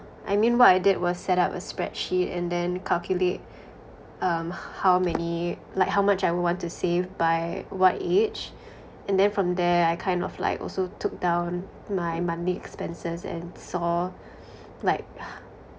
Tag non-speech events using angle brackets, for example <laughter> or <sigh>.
I mean what I did was set up a spreadsheet and then calculate um how many like how much I would want to save by what age and then from there I kind of like also took down my monthly expenses and saw like <breath>